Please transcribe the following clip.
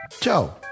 Ciao